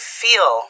feel